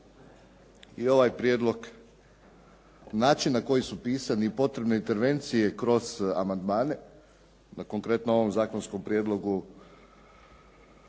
i ovaj prijedlog, način na koji su pisani i potrebne intervencije kroz amandmane da konkretno ovom zakonskom prijedlogu